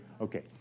Okay